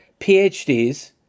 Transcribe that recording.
PhDs